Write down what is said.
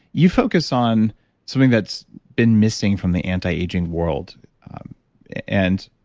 you focus on something that's been missing from the anti-aging world and